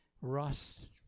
rust